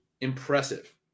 impressive